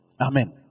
Amen